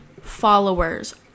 followers